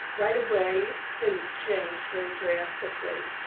right away things changed very drastically.